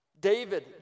David